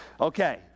okay